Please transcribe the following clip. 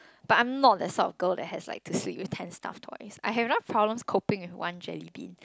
but I'm not that type of girls that has like to sleep with ten soft toys I have enough problems coping with one jellybeans